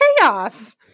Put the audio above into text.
chaos